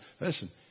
listen